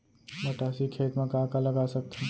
मटासी खेत म का का लगा सकथन?